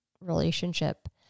relationship